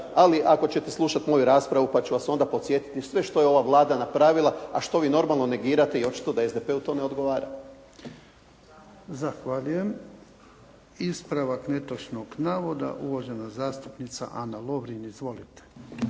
ali ako ćete slušati moju raspravu pa ću vas onda podsjetiti sve što je ova Vlada napravila a što vi normalno negirate i očito da SDP-u to ne odgovara. **Jarnjak, Ivan (HDZ)** Zahvaljujem. Ispravak netočnog navoda, uvažena zastupnica Ana Lovrin. Izvolite.